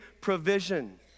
provision